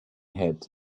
had